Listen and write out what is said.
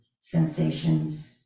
sensations